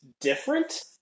different